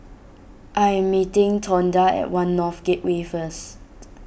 I am meeting Tonda at one North Gateway first